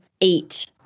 eight